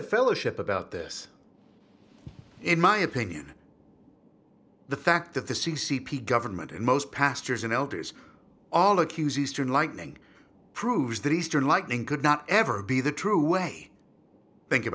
of fellowship about this in my opinion the fact that the c c p government in most pastors and elders all accuse eastern lightning proves that eastern lightning could not ever be the true way think